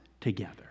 together